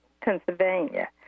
Pennsylvania